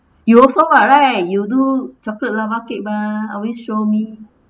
you also [what] right you do chocolate lava cake mah always show me